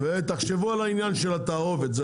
ותחשבו על העניין של התערובת,